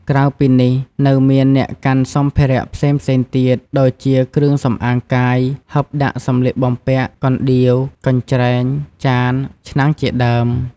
ក្រៅពីនេះ នៅមានអ្នកកាន់សម្ភារៈផ្សេងៗទៀត ដូចជាគ្រឿងសំអាងកាយ ហឹបដាក់សម្លៀកបំពាក់ កណ្ដៀវ កញ្ច្រែង ចាន ឆ្នាំងជាដើម។